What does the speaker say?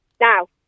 Now